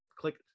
Click